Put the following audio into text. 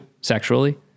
sexually